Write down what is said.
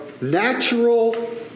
natural